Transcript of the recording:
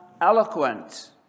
eloquent